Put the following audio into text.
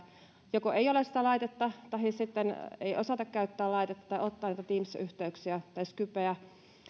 joko ei ole sitä laitetta tahi sitten ei osata käyttää laitetta tai ottaa niitä teams yhteyksiä tai skypeä